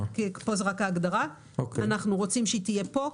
אנחנו רוצים שהוא יהיה פה,